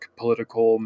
political